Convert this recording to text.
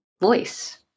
voice